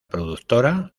productora